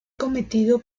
cometido